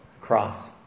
cross